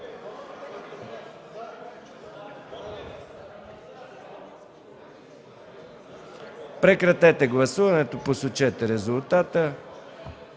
Прекратете гласуването, посочете резултат.